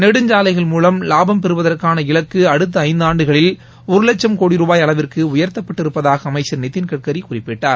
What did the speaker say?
நெடுஞ்சாலை சுங்கச் சாவடிகள் மூலம் லாபம் பெறுவதற்கான இலக்கு அடுத்த ஐந்து ஆண்டுகளில் ஒரு லட்சம் கோடி ரூபாய் அளவிற்கு உயர்த்தப்பட்டிருப்பதாக அமைச்சர் நிதின்கட்கரி குறிப்பிட்டார்